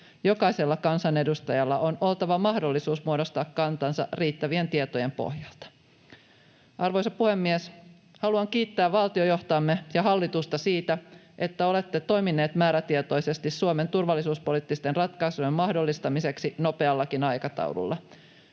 Jokaisella kansanedustajalla on oltava mahdollisuus muodostaa kantansa riittävien tietojen pohjalta. Arvoisa puhemies! Haluan kiittää valtiojohtoamme ja hallitusta siitä, että olette toimineet määrätietoisesti Suomen turvallisuuspoliittisten ratkaisujen mahdollistamiseksi nopeallakin aikataululla.